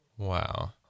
Wow